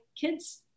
kids